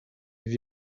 have